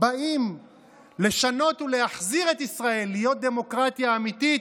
באים לשנות ולהחזיר את ישראל להיות דמוקרטיה אמיתית,